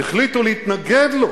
החליטו להתנגד לו